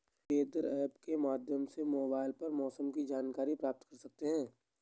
weather app के माध्यम से मोबाइल पर मौसम की जानकारी प्राप्त कर सकते हैं